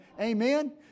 Amen